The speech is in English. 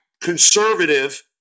conservative